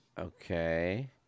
Okay